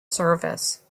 service